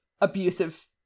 abusive